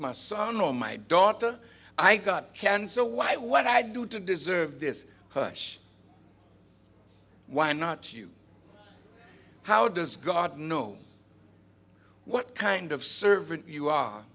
my son or my daughter i got cancer why what i do to deserve this push why not you how does god know what kind of servant you are